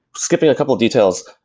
skipping a couple of details,